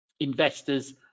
investors